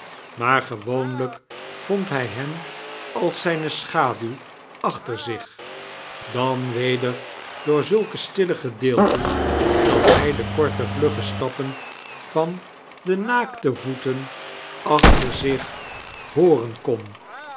maar gewconlijk vond hij hem als zijne schaduw achter zich dan weder door zulke stille gedeelten dat hij de koi'te vlugge stappen van de naakte voeten achter zich hooren kon